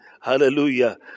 Hallelujah